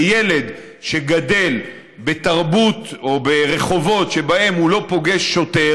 וילד שגדל בתרבות או ברחובות שבהם הוא לא פוגש שוטר